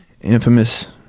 Infamous